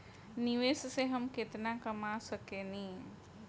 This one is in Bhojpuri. निवेश से हम केतना कमा सकेनी?